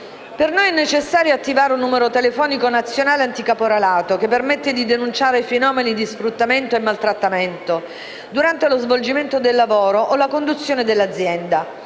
Per noi è necessario attivare un numero telefonico nazionale anticaporalato, che permetta di denunciare i fenomeni di sfruttamento e maltrattamento durante lo svolgimento del lavoro o la conduzione dell'azienda;